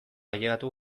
ailegatu